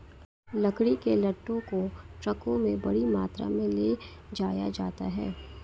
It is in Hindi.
लकड़ी के लट्ठों को ट्रकों में बड़ी मात्रा में ले जाया जाता है